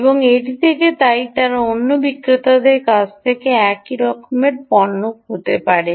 এবং এটি থেকে তাই তারা অন্য বিক্রেতাদের কাছ থেকে একই রকম পণ্য হতে পারে